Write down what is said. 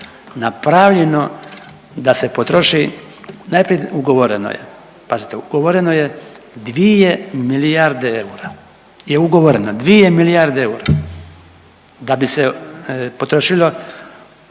napravljeno da se potroši, najprije ugovoreno je, pazite ugovoreno je 2 milijarde eura, je ugovoreno, 2 milijarde eura da bi se potrošilo